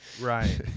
Right